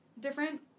different